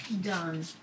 done